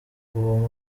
uwo